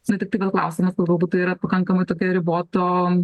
na tiktai vėl klausimas gal galbūt tai yra pakankamai tokia riboto